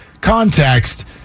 context